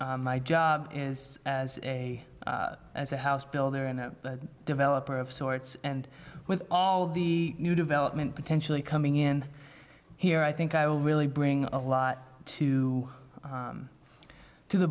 my job as a as a house builder and the developer of sorts and with all the new development potentially coming in here i think i will really bring a lot to to the